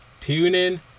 TuneIn